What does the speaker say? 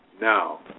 now